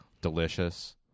delicious